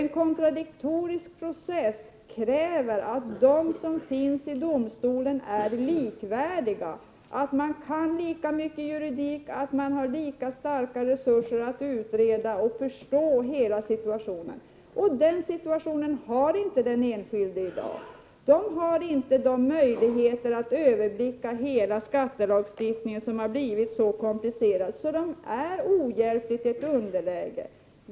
En kontradiktorisk process kräver att parterna i domstolen är likvärdiga, att de kan lika mycket juridik och att de har lika stora resurser att utreda och förstå hela situationen. Den situationen befinner sig i dag inte de enskilda i. De har inte möjligheter att överblicka hela skattelagstiftningen. Den har blivit så komplicerad att den enskilde ohjälpligt är i ett underläge.